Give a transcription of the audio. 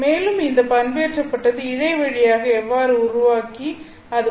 மேலும் இந்த பண்பேற்றப்பட்டது இழை வழியாக எவ்வாறு உருவாக்கி அது